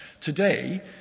Today